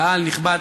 קהל נכבד,